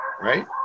right